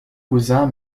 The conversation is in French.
cousin